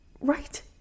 Right